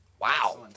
Wow